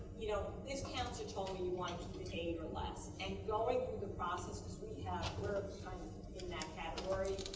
you know this counselor told me you wanted to do eight or less and going through the process because we have we're kind of in that category